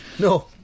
no